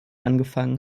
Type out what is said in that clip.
angefangen